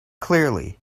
clearly